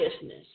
business